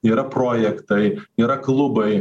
yra projektai yra klubai